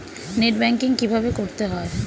Net banking কীভাবে করতে হয়?